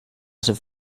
straße